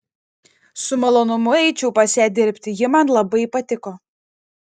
su malonumu eičiau pas ją dirbti ji man labai patiko